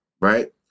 Right